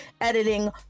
editing